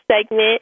segment